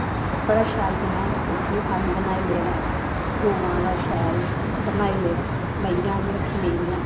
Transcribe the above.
बड़ा शैल बनाए दा पोलट्री फार्म बनाई लेदा गवां दा शैल बनाई लेदा मेंहियां बी रक्खी लेदियां